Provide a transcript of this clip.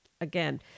again